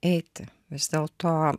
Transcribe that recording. eiti vis dėlto